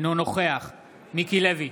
אינו נוכח מיקי לוי,